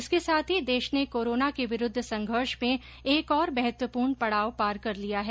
इसके साथ ही देश ने कोरोना के विरूद्व संघर्ष में एक और महत्वपूर्ण पड़ाव पार कर लिया है